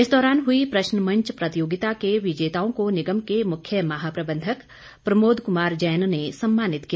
इस दौरान हुई प्रश्नमंच प्रतियोगिता के विजेताओं को निगम के मुख्य महाप्रबंधक प्रमोद कुमार जैन ने सम्मानित किया